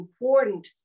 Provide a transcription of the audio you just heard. important